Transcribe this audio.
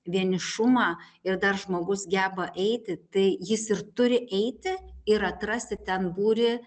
vienišumą ir dar žmogus geba eiti tai jis ir turi eiti ir atrasti ten būrį